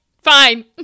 fine